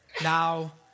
now